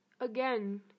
again